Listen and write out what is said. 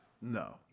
No